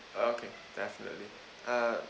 okay definitely uh